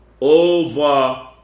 over